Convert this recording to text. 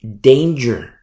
danger